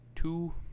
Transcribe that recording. Two